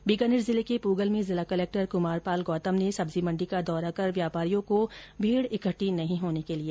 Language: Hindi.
उधर बीकानेर जिले के पूगल में जिला कलक्टर कुमार पाल गौतम ने सब्जीमंडी का दौरा कर व्यापारियों को भीड इकट्ठी नहीं होने के लिए कहा